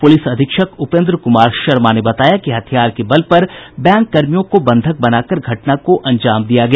police अधीक्षक उपेन्द्र कुमार शर्मा ने बताया कि हथियार के बल पर बैंककर्मियों को बंधक बनाकर घटना को अंजाम दिया गया